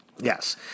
Yes